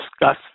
discuss